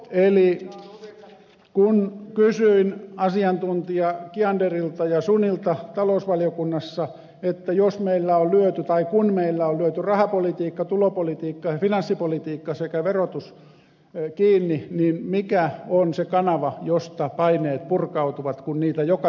kun kysyin asiantuntijoilta kiander ja suni talousvaliokunnassa kun meillä on lyöty rahapolitiikka tulopolitiikka ja finanssipolitiikka sekä verotus kiinni niin mikä on se kanava josta paineet purkautuvat kun niitä joka tapauksessa tulee